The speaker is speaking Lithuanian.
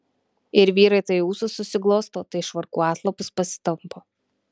ir vyrai tai ūsus susiglosto tai švarkų atlapus pasitampo